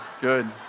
good